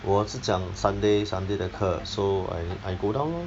我是讲 sunday sunday 的课 so I I go down lor